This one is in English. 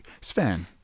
Sven